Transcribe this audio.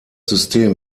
system